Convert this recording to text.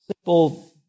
simple